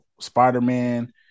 spider-man